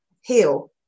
heal